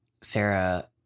Sarah